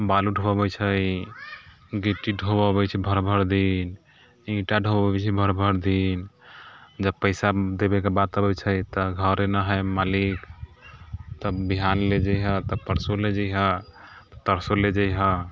बालू ढोअबैत छै गिट्टी ढोअबैत छै भर भर दिन ईंटा ढोअबैत छै भर भर दिन जब पैसा देबेके बात अबैत छै तऽ घरे नहि हइ मालिक तब विहान ले जैहऽ तऽ परसू ले जैहऽ तरसो ले जैहऽ